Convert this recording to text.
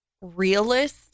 realist